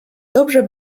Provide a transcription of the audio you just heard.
dobrze